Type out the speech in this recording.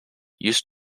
used